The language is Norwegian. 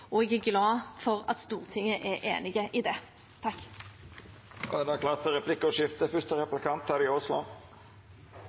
og jeg er glad for at Stortinget er enig i det. Det er klart for replikkordskifte.